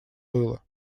было